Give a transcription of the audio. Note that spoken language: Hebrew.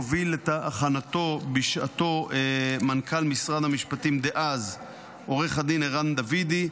הוביל את הכנתו בשעתו מנכ"ל משרד המשפטים דאז עו"ד ערן דוידי.